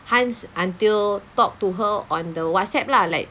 Hans until talk to her on the Whatsapp lah like